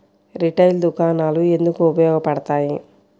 Retail దుకాణాలు ఎందుకు ఉపయోగ పడతాయి?